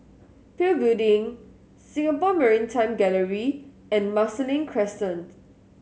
PIL Building Singapore Maritime Gallery and Marsiling Crescent